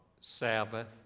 Sabbath